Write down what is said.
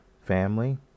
family